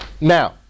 now